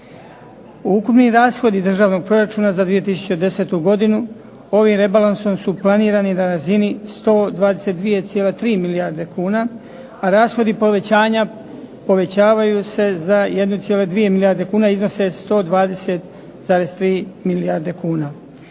Ukupni rashodi državnog proračuna za 2010. godinu ovim rebalansom su planirani na razini 122,3 milijarde kuna, a rashodi povećanja povećavaju se za 1,2 milijarde kuna, iznose 120,3 milijarde kuna.